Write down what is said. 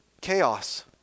Chaos